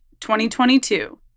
2022